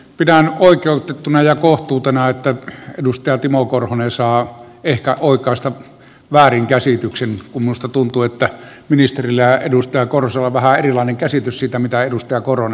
pidän oikeutettuna ja kohtuutena että edustaja timo korhonen saa ehkä oikaista väärinkäsityksen kun minusta tuntuu että ministerillä ja edustaja korhosella on vähän erilainen käsitys siitä mitä edustaja korhonen on esittänyt